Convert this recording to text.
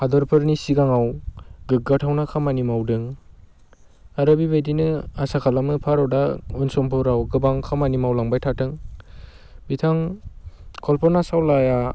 हादोरफोरनि सिगाङाव गोग्गाथावना खामानि मावदों आरो बेबायदिनो आसा खालामो भारता उन समफोराव गोबां खामानि मावलांबाय थाथों बिथां कल्पना चावलाया